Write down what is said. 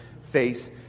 face